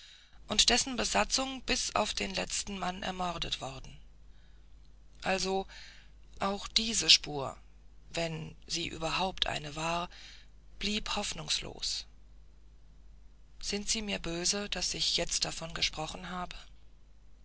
und dessen besatzung bis auf den letzten mann ermordet wurde also auch diese spur wenn sie überhaupt eine war blieb hoffnungslos sind sie mir böse daß ich jetzt davon gesprochen habe